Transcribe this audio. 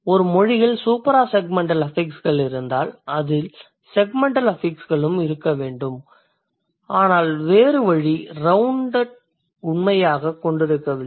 ஒரு மொழியில் சூப்ராசெக்மெண்டல் அஃபிக்ஸ்கள் இருந்தால் அதில் செக்மெண்டல் அஃபிக்ஸ்களும் இருக்க வேண்டும் ஆனால் வேறு வழி ரவுண்ட் உண்மையைக் கொண்டிருக்கவில்லை